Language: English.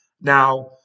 Now